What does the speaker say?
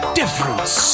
difference